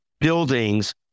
buildings